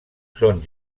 són